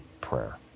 prayer